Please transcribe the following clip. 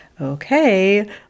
Okay